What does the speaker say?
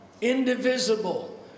indivisible